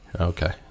Okay